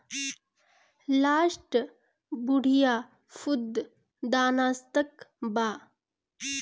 Luster बढ़िया फंफूदनाशक बा